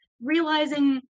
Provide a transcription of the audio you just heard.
realizing